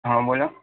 હા બોલો